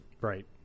Right